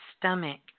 stomach